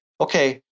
Okay